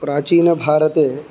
प्राचीनभारते